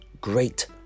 Great